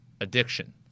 addiction